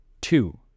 Two